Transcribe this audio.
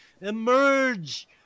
emerge